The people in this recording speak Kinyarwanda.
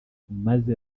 maze